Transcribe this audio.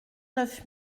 neuf